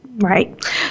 Right